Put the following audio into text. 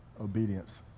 obedience